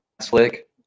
Slick